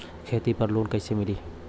खेती पर लोन कईसे मिली?